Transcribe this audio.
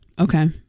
Okay